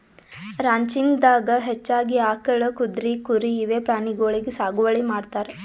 ranching ದಾಗಾ ಹೆಚ್ಚಾಗಿ ಆಕಳ್, ಕುದ್ರಿ, ಕುರಿ ಇವೆ ಪ್ರಾಣಿಗೊಳಿಗ್ ಸಾಗುವಳಿ ಮಾಡ್ತಾರ್